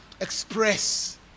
express